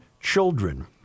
Children